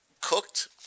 cooked